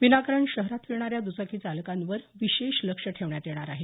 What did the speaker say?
विनाकारण शहरात फिरणाऱ्या दचाकी चालकांवर विशेष लक्ष ठेवण्यात येणार आहे